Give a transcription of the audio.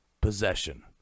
possession